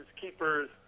keepers